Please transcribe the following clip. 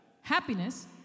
Happiness